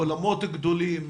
אולמות גדולים,